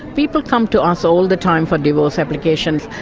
people come to us all the time for divorce applications,